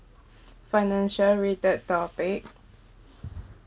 financial related topic